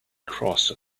cross